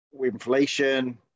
inflation